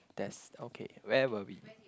that's okay where were we